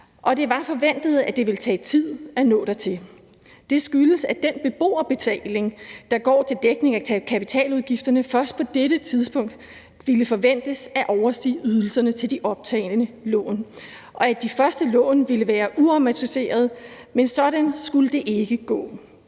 det var forventet, at det ville tage tid at nå dertil. Det skyldes, at den beboerbetaling, der går til dækning af kapitaludgifterne, først på dette tidspunkt ville forventes at overstige ydelserne til de optagne lån, og at de første lån ville være udamortiserede. Men sådan skulle det ikke gå.